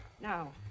Now